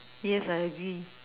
yes I agree